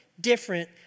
different